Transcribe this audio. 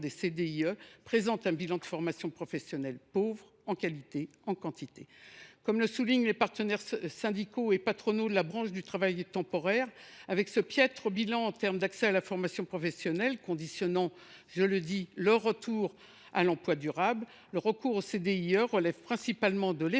des CDIE présentent un bilan de formation professionnelle pauvre, en qualité et en quantité. Comme le soulignent les partenaires syndicaux et patronaux de la branche du travail temporaire, avec ce piètre bilan en termes d’accès à une formation professionnelle qui conditionne le retour à l’emploi durable, le recours aux CDIE relève principalement de l’effet